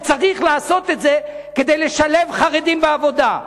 כשצריך לעשות את זה כדי לשלב חרדים בעבודה.